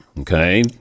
Okay